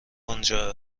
آنجا